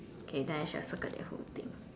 okay then I shall circle that whole thing